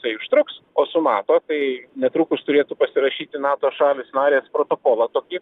tai užtruks o su nato tai netrukus turėtų pasirašyti nato šalys narės protokolą tokį